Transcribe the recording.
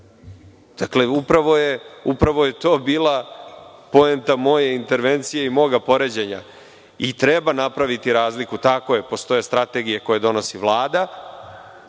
upravo je to bila poenta moje intervencije i moga poređenja. Treba napraviti razliku, tako je, postoje strategije koje donosi Vlada